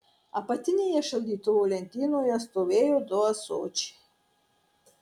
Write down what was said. apatinėje šaldytuvo lentynoje stovėjo du ąsočiai